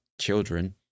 children